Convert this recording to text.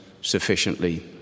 sufficiently